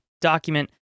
document